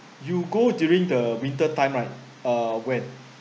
you go during the winter time right uh when